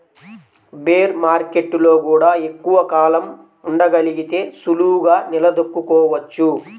bear మార్కెట్టులో గూడా ఎక్కువ కాలం ఉండగలిగితే సులువుగా నిలదొక్కుకోవచ్చు